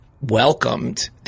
welcomed